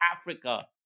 africa